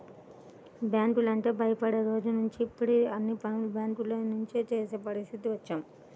బ్యాంకులంటే భయపడే రోజులనుంచి ఇప్పుడు అన్ని పనులు బ్యేంకుల నుంచే చేసే పరిస్థితికి వచ్చాం